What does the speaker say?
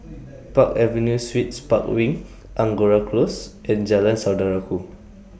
Park Avenue Suites Park Wing Angora Close and Jalan Saudara Ku